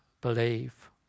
believe